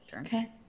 Okay